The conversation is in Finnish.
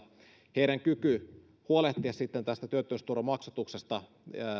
heidän kykynsä huolehtia tästä työttömyysturvan maksatuksesta